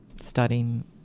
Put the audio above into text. studying